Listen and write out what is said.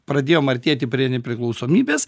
pradėjom artėti prie nepriklausomybės